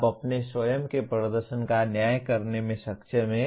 आप अपने स्वयं के प्रदर्शन का न्याय करने में सक्षम हैं